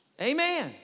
Amen